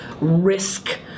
risk